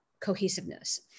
cohesiveness